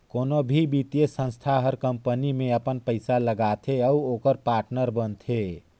कोनो भी बित्तीय संस्था हर कंपनी में अपन पइसा लगाथे अउ ओकर पाटनर बनथे